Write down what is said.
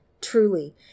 Truly